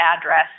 address